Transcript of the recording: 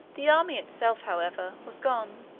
the army itself, however, was gone.